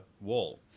wall